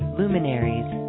luminaries